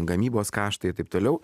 gamybos kaštai ir taip toliau